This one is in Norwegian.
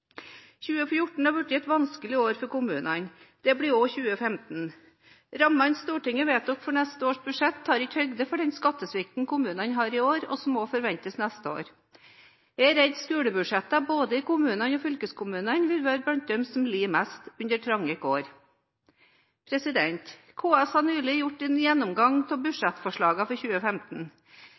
2014 er blitt et vanskelig år for kommunene. Det blir også 2015. Rammene Stortinget vedtok for neste års budsjett, tar ikke høyde for den skattesvikten kommunene har i år, og som også forventes neste år. Jeg er redd skolebudsjettene i både kommunene og fylkeskommunene vil være blant dem som får lide mest under trange kår. KS har nylig gjort en gjennomgang av budsjettforslagene for 2015.